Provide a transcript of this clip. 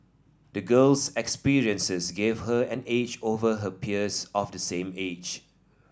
the girl's experiences gave her an edge over her peers of the same age